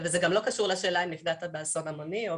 וזה גם לא קשור לשאלה אם נפגעת באסון המוני או